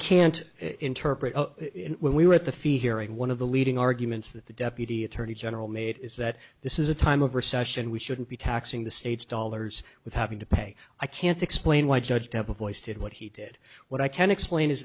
can't interpret it when we were at the fee hearing one of the leading arguments that the deputy attorney general made is that this is a time of recession we shouldn't be taxing the states dollars with having to pay i can't explain why judge temple voice did what he did what i can explain is